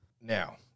Now